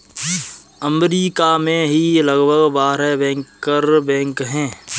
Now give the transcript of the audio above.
अमरीका में ही लगभग बारह बैंकर बैंक हैं